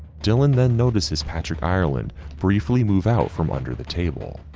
dylan then notices patrick ireland briefly move out from under the table,